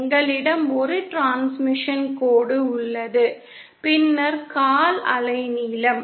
எங்களிடம் ஒரு டிரான்ஸ்மிஷன் கோடு உள்ளது பின்னர் கால் அலைநீளம்